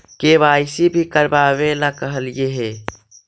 KYC भी करवावेला कहलिये हे?